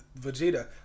Vegeta